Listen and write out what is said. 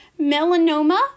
Melanoma